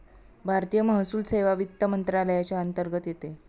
भारतीय महसूल सेवा वित्त मंत्रालयाच्या अंतर्गत येते